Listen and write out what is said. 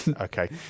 Okay